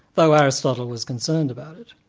though aristotle was concerned about it.